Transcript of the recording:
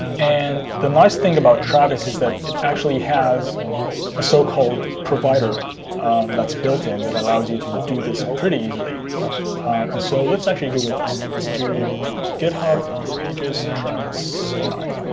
and the nice thing about travis is that it actually has a so-called provider that's built-in that allows you to do this pretty easily. and and so let's actually google this. let's do github pages travis ci,